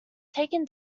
taken